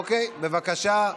אוקיי, בבקשה.